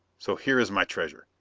so here is my treasure.